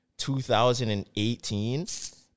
2018